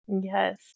Yes